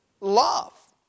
love